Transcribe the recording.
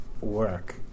work